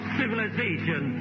civilization